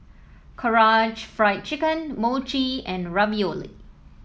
Karaage Fried Chicken Mochi and Ravioli